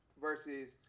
versus